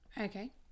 Okay